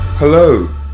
Hello